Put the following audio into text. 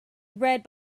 read